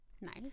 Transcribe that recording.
Nice